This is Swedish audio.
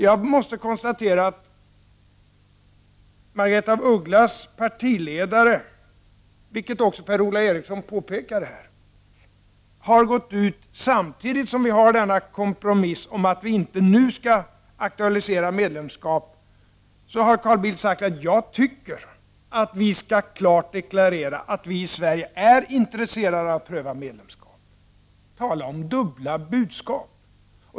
Jag måste konstatera att Margaretha af Ugglas partiledare Carl Bildt, vilket Per-Ola Eriksson också påpekade, samtidigt som vi har denna kompromiss om att Sverige inte nu skall aktualisera ett medlemskap, har gått ut och sagt att han tycker att vi i Sverige klart skall deklarera att vi är intresserade av att frågan om medlemskap prövas. Tala om dubbla budskap!